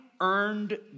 earned